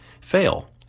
fail